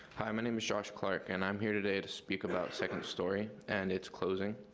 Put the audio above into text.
hi, my name is josh clark, and i'm here today to speak about second story and its closing,